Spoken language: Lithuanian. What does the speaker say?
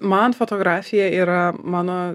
man fotografija yra mano